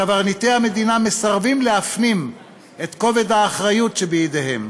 קברניטי המדינה מסרבים להפנים את כובד האחריות שבידיהם.